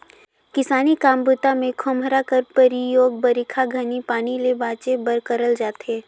किसानी काम बूता मे खोम्हरा कर परियोग बरिखा घनी पानी ले बाचे बर करल जाथे